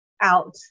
out